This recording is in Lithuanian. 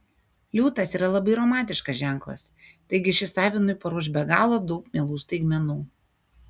liūtas yra labai romantiškas ženklas taigi šis avinui paruoš be galo daug mielų staigmenų